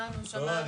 לא,